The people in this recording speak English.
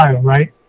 right